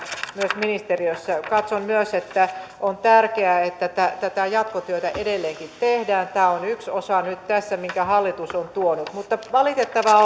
myös ministeriössä katson myös että on tärkeää että tätä jatkotyötä edelleenkin tehdään tämä on yksi osa nyt tässä minkä hallitus on tuonut mutta valitettavaa